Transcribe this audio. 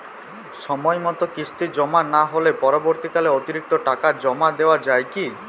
সময় মতো কিস্তি জমা না হলে পরবর্তীকালে অতিরিক্ত টাকা জমা দেওয়া য়ায় কি?